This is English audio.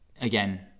again